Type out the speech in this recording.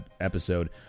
episode